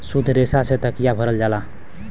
सुद्ध रेसा से तकिया भरल जाला